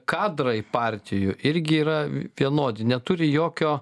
kadrai partijų irgi yra vienodi neturi jokio